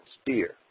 spear